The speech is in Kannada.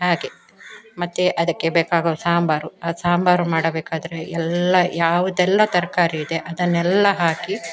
ಹಾಗೆ ಮತ್ತೆ ಅದಕ್ಕೆ ಬೇಕಾಗುವ ಸಾಂಬಾರು ಆ ಸಾಂಬಾರು ಮಾಡಬೇಕಾದರೆ ಎಲ್ಲ ಯಾವುದೆಲ್ಲ ತರಕಾರಿ ಇದೆ ಅದನ್ನೆಲ್ಲ ಹಾಕಿ